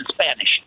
Spanish